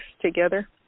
together